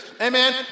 amen